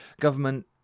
government